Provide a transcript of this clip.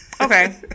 Okay